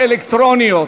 אלקטרוניות.